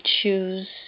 choose